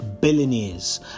billionaires